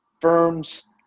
firms